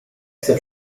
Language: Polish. chce